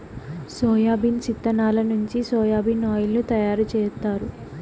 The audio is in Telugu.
సోయాబీన్స్ ఇత్తనాల నుంచి సోయా బీన్ ఆయిల్ ను తయారు జేత్తారు